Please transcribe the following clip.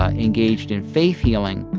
ah engaged in faith healing.